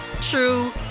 true